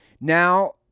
Now